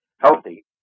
healthy